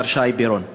השר שי פירון.